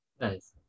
Nice